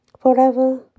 Forever